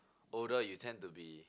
older you tend to be